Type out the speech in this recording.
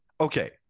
Okay